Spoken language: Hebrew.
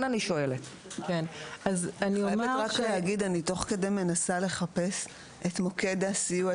אני תוך כדי מנסה לחפש את מוקד הסיוע,